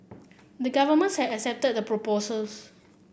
the government had accepted the proposals